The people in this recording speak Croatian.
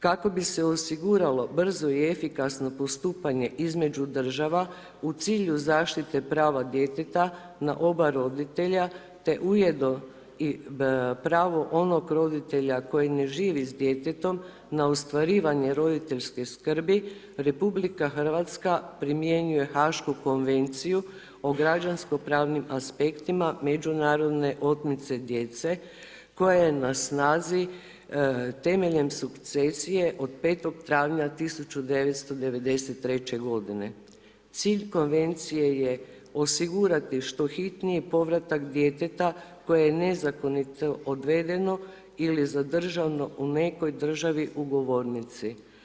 Kako bi se osiguralo brzo i efikasno postupanje između država, u cilju zaštite prava djeteta na oba roditelja te ujedno i pravo onog roditelja koji ne živi s djetetom na ostvarivanje roditeljske skrbi, RH primjenjuje Hašku konvenciju o građansko-pravnim aspektima međunarodne otmice djece koja je na snazi temeljem sukcesije od 5. travnja 1993. g. Cilj Konvencije je osigurati što hitniji povratak djeteta koje je nezakonito odvedeno ili zadržano u nekoj državi ugovornici.